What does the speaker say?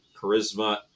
charisma